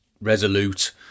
resolute